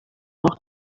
noch